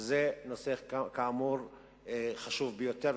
זה כאמור נושא חשוב ביותר,